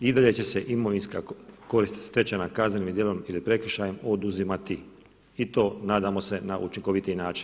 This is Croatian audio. I dalje će se imovinska korist stečena kaznenim djelom ili prekršajem oduzimati i to nadamo se na učinkovitiji način.